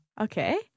Okay